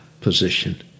position